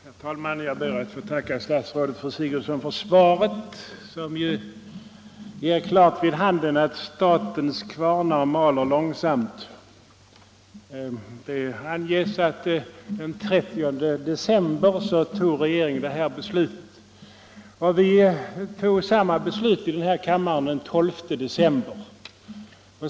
Herr talman! Jag ber att få tacka fru statsrådet Sigurdsen för svaret på min enkla fråga, vilket ju ger klart vid handen att statens kvarnar maler långsamt. Det anges att regeringen fattade sitt beslut den 30 december. Vi tog samma beslut i kammaren den 12 december.